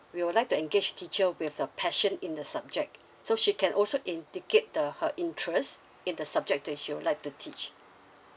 we would like to engage teacher with a passion in the subject so she can also indicate uh her interest in the subject that she would like to teach